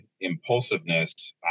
impulsiveness